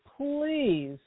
please